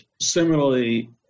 Similarly